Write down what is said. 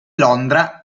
londra